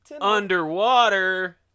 Underwater